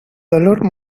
dolor